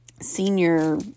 senior